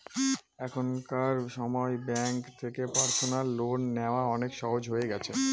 এখনকার সময় ব্যাঙ্ক থেকে পার্সোনাল লোন নেওয়া অনেক সহজ হয়ে গেছে